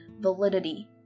validity